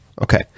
okay